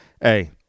Hey